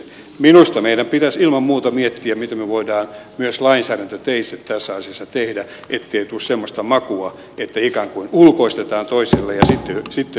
minusta meidän pitäisi ilman muuta miettiä mitä me voimme myös lainsäädäntöteitse tässä asiassa tehdä ettei tule semmoista makua että ikään kuin ulkoistetaan toiselle ja sitten irtisanotaan